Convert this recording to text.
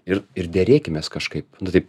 ir ir derėkimės kažkaip nu taip